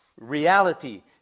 reality